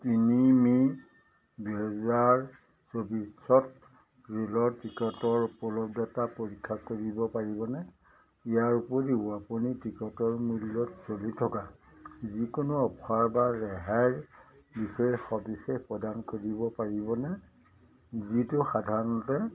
তিনি মে' দুহেজাৰ চৌবিছত ৰে'লৰ টিকটৰ উপলব্ধতা পৰীক্ষা কৰিব পাৰিবনে ইয়াৰ উপৰিও আপুনি টিকটৰ মূল্যত চলি থকা যিকোনো অফাৰ বা ৰেহাইৰ বিষয়ে সবিশেষ প্ৰদান কৰিব পাৰিবনে যিটো সাধাৰণতে